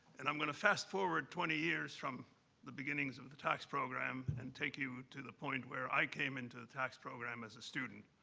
and i'm gonna fast-forward twenty years from the beginnings of the tax program and take you to the point where i came into the tax program as a student.